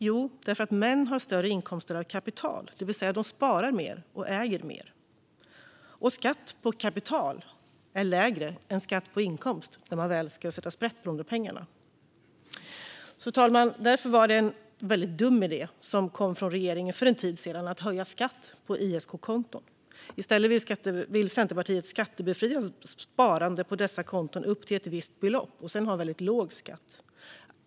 Jo, det beror på att män har större inkomster av kapital - det vill säga att de sparar mer och äger mer - och att skatt på kapital är lägre än skatt på inkomst när man väl ska sätta sprätt på pengarna. Fru talman! Därför var det en väldigt dum idé som kom från regeringen för en tid sedan, om att höja skatten på ISK-konton. I stället vill Centerpartiet skattebefria sparande på dessa konton upp till ett visst belopp och sedan ha en väldigt låg skatt.